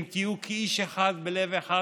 אם תהיו כאיש אחד בלב אחד,